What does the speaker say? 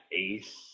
Ace